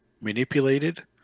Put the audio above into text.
manipulated